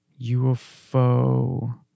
UFO